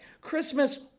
Christmas